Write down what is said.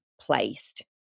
placed